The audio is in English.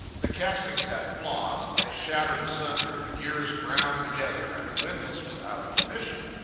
the castings had flaws they shattered asunder, the gears ground together, and the windlass was out of commission.